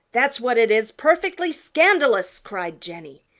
that's what it is, perfectly scandalous! cried jenny,